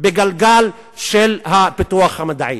בגלגל של הפיתוח המדעי.